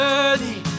Worthy